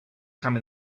come